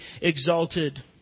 exalted